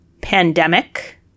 pandemic